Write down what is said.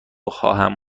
خواهم